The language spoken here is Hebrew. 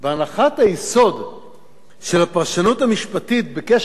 של הפרשנות המשפטית בקשר למעמד שטחי יהודה ושומרון